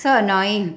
so annoying